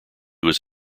was